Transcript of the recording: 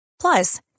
Plus